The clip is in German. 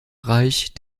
reich